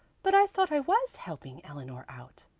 but i thought i was helping eleanor out.